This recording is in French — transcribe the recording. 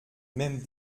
même